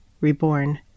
reborn